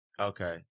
Okay